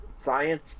science